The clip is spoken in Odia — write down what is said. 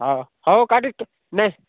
ହେଉ ହେଉ ନେ